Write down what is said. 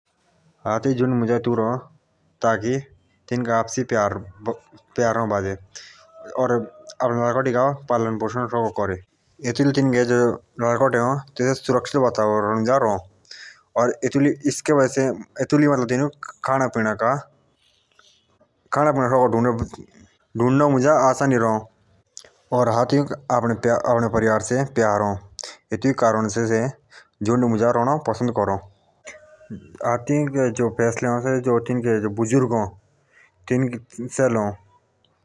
हाथी झुंड मुजा एथॉक रहो। ताकी इनका आपसी प्यार रहो बाजे और आपने बच्चों का पालन पोषण शकों कर और तिनके बच्चे सुरक्षा महसूस करो हाथी के जो फैसले सजे लो जो तिनमुजा भाते अ हाथी का झुंड मुजा आपसी प्यार रहो बाजे।